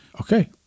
Okay